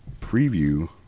preview